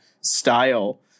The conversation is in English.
style